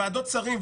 ועדות שרים,